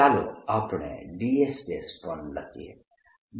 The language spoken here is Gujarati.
ચાલો આપણે ds પણ લખીએ